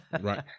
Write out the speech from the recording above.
Right